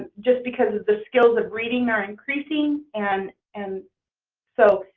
just because of the skills of reading are increasing. and and so